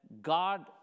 God